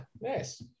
nice